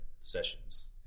sessions